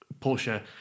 Porsche